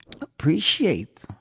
Appreciate